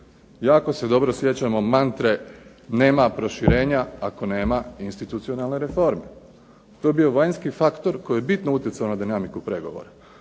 Jako se dobro sjećamo mantre nema proširenja ako nema institucionalne reforme. To je bio vanjski faktor koji je bitno utjecao na dinamiku pregovora.